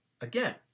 again